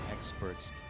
experts